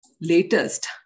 latest